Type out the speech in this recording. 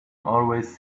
always